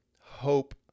hope